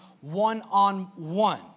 one-on-one